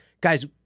guys